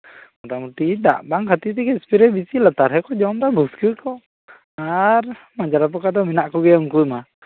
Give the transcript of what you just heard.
ᱢᱳᱴᱟᱢᱩᱴᱤ ᱫᱟᱜ ᱵᱟᱝ ᱠᱷᱟᱹᱛᱤᱨ ᱛᱮᱜᱮ ᱮᱥᱯᱨᱮ ᱵᱮᱥᱤ ᱞᱟᱛᱟᱨ ᱨᱮᱦᱚᱸ ᱠᱚ ᱡᱚᱢᱫᱟ ᱟᱨ ᱞᱟᱛᱟᱨ ᱨᱮᱦᱚᱸ ᱠᱚ ᱡᱚᱢᱫᱟ ᱵᱟᱹᱥᱨᱟᱹ ᱠᱚ ᱟᱨ ᱢᱟᱡᱽᱨᱟ ᱯᱳᱸᱠᱟ ᱢᱟ ᱢᱮᱱᱟᱜ ᱠᱚᱜᱮ ᱩᱱᱠᱩ ᱢᱟ